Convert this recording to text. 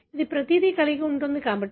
H ఇది ప్రతిదీ కలిగి ఉంది